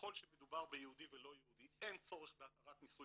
ככל שמדובר ביהודי ולא יהודי אין צורך בהתרת נישואין